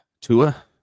Tua